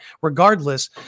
regardless